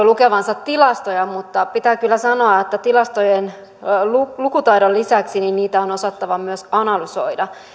lukevansa tilastoja mutta pitää kyllä sanoa että tilastojenlukutaidon lisäksi niitä on osattava myös analysoida